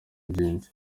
byinshi